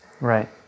Right